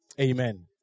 Amen